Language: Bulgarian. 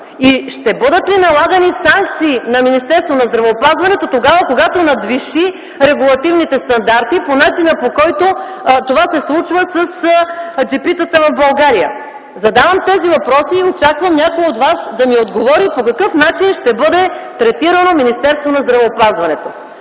Ще бъдат ли налагани санкции на Министерството на здравеопазването, когато надвиши регулативните стандарти, по начина по който това се случва с джипитата в България? Задавам тези въпроси и очаквам някой от вас да ми отговори по какъв начин ще бъде третирано